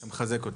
אני מחזק אותה.